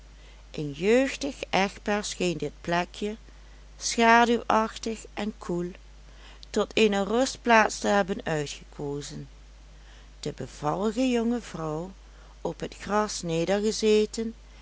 een jeugdig echtpaar scheen dit plekje schaduwachtig en koel tot eene rustplaats te hebben uitgekozen de bevallige jonge vrouw op het gras